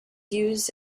used